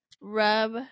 rub